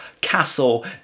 castle